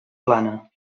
plana